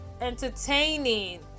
entertaining